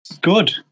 Good